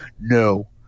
No